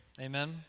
Amen